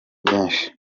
byinshi